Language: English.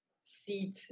seat